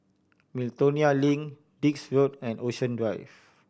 Miltonia Link Dix Road and Ocean Drive